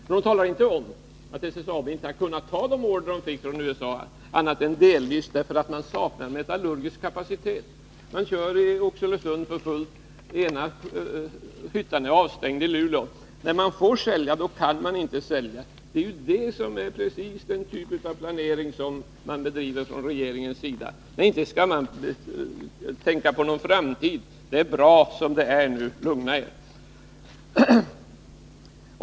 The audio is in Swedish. Men hon talar inte om att SSAB inte har kunnat ta de order som man fick från USA annat än delvis, därför att man saknar metallurgisk kapacitet. Man kör för fullt i Oxelösund, men ena hyttan i Luleå är avstängd. När man får sälja, då kan man inte sälja — det är typiskt för den planering som regeringen driver. Nej, inte skall man tänka på någon framtid. Det är bra som det är — lugna er.